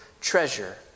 treasure